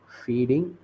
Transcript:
feeding